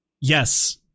yes